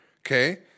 okay